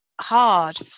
hard